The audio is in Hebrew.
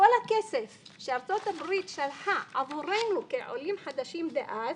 כל הכסף שארצות הברית שלחה עבורנו כעולים חדשים דאז,